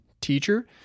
teacher